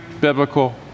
biblical